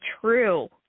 True